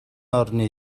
орны